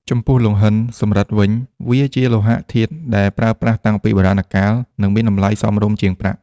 ចំពោះ លង្ហិន សំរឹទ្ធ វិញ វាជាលោហៈធាតុដែលប្រើប្រាស់តាំងពីបុរាណកាល និងមានតម្លៃសមរម្យជាងប្រាក់។